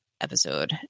episode